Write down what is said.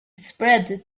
spread